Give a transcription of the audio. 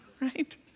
right